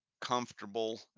comfortable